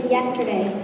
Yesterday